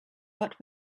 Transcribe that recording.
but